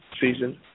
season